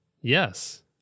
Yes